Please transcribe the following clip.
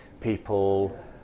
people